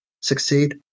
succeed